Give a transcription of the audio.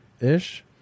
ish